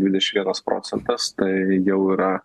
dvidešim vienas procentas tai jau yra